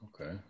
Okay